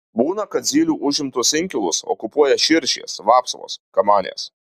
būna kad zylių užimtus inkilus okupuoja širšės vapsvos kamanės